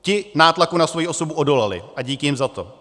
Ti nátlaku na svoji osobu odolali a díky jim za to.